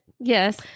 yes